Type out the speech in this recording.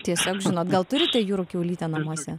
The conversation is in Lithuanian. tiesiog žinot gal turite jūrų kiaulytę namuose